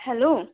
hello